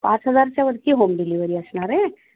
पाच हजारच्या वरती होम डिलीवरी असणार आहे